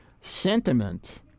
sentiment